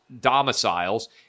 domiciles